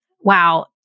Wow